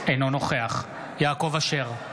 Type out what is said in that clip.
אינו נוכח יעקב אשר,